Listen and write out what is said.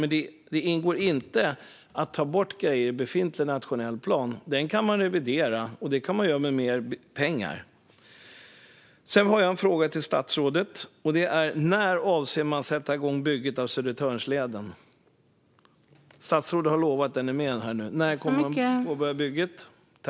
Men det ingår alltså inte att ta bort grejer ur befintlig nationell plan. Den kan man revidera, och det kan man göra med mer pengar. Sedan har jag en fråga till statsrådet: När avser man att sätta igång bygget av Södertörnsleden? Statsrådet har lovat att den är med här. När börjar bygget?